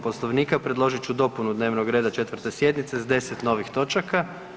Poslovnika predložit ću dopunu dnevnog reda 4. sjednice s 10 novih točaka.